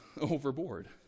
overboard